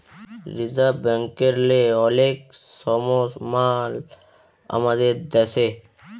reserve ব্যাংকেরলে অলেক সমমাল আমাদের দ্যাশে